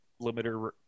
limiter